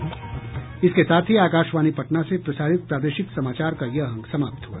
इसके साथ ही आकाशवाणी पटना से प्रसारित प्रादेशिक समाचार का ये अंक समाप्त हुआ